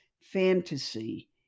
fantasy